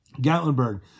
Gatlinburg